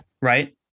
Right